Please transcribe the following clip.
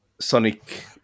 Sonic